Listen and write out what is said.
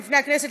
בפני הכנסת,